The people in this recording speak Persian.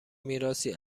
میراثی